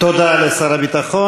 תודה לשר הביטחון.